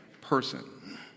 person